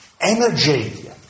energy